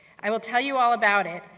i will tell you all about it,